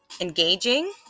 engaging